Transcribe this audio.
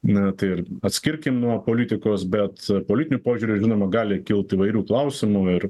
na tai ir atskirkim nuo politikos bet politiniu požiūriu žinoma gali kilt įvairių klausimų ir